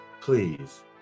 Please